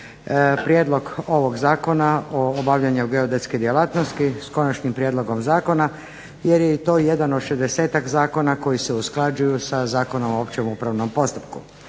prijedlog ovog zakona o obavljanju geodetske djelatnosti s konačnim prijedlogom zakona jer je i to jedan od šezdesetak zakona koji se usklađuju sa Zakonom o općem upravnom postupku.